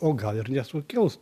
o gal ir nesukels